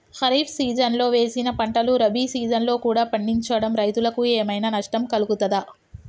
ఖరీఫ్ సీజన్లో వేసిన పంటలు రబీ సీజన్లో కూడా పండించడం రైతులకు ఏమైనా నష్టం కలుగుతదా?